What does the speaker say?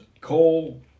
coal